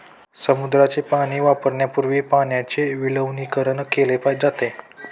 समुद्राचे पाणी वापरण्यापूर्वी पाण्याचे विलवणीकरण केले जाते